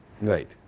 Right